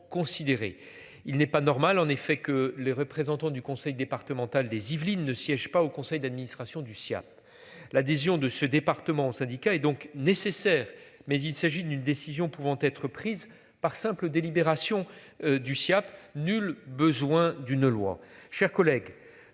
Il n'est pas normal en effet que les représentants du conseil départemental des Yvelines ne siège pas au conseil d'administration du CIAT l'adhésion de ce département, syndicats et donc nécessaire mais il s'agit d'une décision pouvant être prises par simple délibération du Siaap nul besoin d'une loi